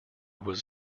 was